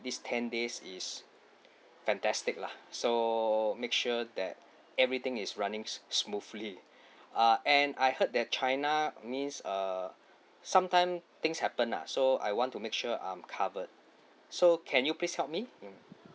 this ten days is fantastic lah so make sure that everything is running smo~ smoothly uh and I heard that china I means uh sometime things happen lah so I want to make sure I'm covered so can you please help me mm